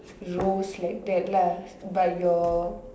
rows like that lah by your